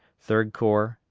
third corps.